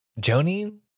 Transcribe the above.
Jonin